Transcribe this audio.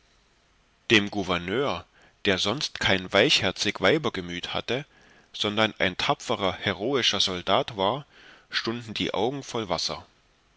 dem gouverneur der sonst kein weichherzig weibergemüt hatte sondern ein tapferer heroischer soldat war stunden die augen voll wasser